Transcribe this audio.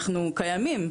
אנחנו קיימים.